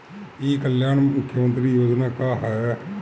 ई कल्याण मुख्य्मंत्री योजना का है?